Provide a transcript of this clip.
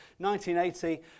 1980